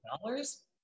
dollars